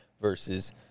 versus